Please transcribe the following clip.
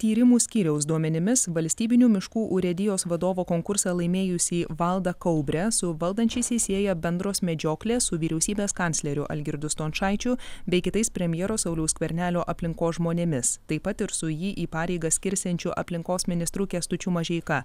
tyrimų skyriaus duomenimis valstybinių miškų urėdijos vadovo konkursą laimėjusį valdą kaubrę su valdančiaisiais sieja bendros medžioklės su vyriausybės kancleriu algirdu stončaičiu bei kitais premjero sauliaus skvernelio aplinkos žmonėmis taip pat ir su jį į pareigas skirsiančiu aplinkos ministru kęstučiu mažeika